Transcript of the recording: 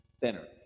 thinner